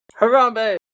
Harambe